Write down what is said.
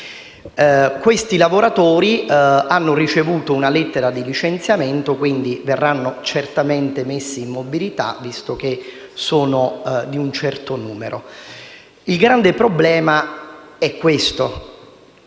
Questi lavoratori hanno ricevuto una lettura di licenziamento e quindi verranno certamente messi in mobilità, visto che sono in un certo numero. Il grande problema è che